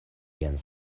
vian